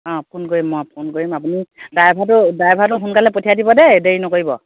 অ' phone কৰিম মই phone কৰিম আপুনি ড্ৰাইভাৰটো ড্ৰাইভাৰটো সোনকালে পঠিয়াই দিব দেই দেৰি নকৰিব